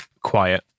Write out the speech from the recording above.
quiet